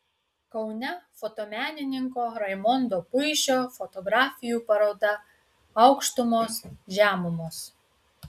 kaune fotomenininko raimondo puišio fotografijų paroda aukštumos žemumos